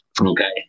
Okay